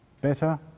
better